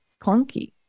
clunky